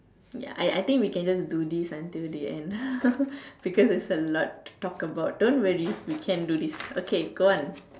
ya I I think we can just do this until the end because there is a lot talk about don't worry we can do this okay go on